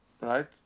right